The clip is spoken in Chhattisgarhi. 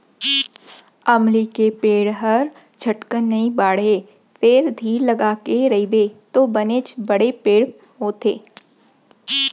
अमली के पेड़ हर झटकन नइ बाढ़य फेर धीर लगाके रइबे तौ बनेच बड़े पेड़ होथे